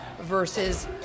versus